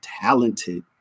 talented